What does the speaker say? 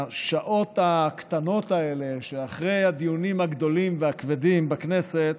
השעות הקטנות האלה שאחרי הדיונים הגדולים והכבדים בכנסת,